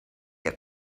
your